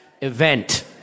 event